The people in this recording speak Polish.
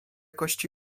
kości